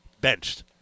benched